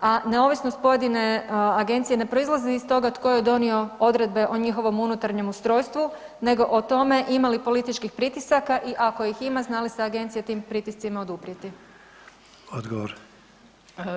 a neovisnost pojedine agencije ne proizlazi iz toga tko je donio odredbe o njihovom unutarnjem ustrojstvu nego o tome ima li političkih pritisaka i ako ih ima zna li se agencija tim pritiscima oduprijeti.